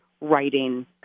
writing